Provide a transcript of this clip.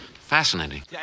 Fascinating